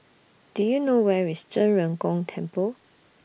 Do YOU know Where IS Zhen Ren Gong Temple